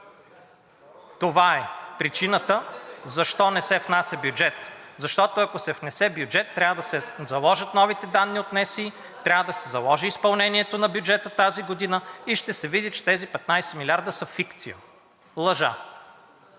Това е причината защо не се внася бюджет. Защото, ако се внесе бюджет, трябва да се заложат новите данни от НСИ, трябва да се заложи изпълнението на бюджета тази година и ще се види, че тези 15 милиарда са фикция. Лъжа.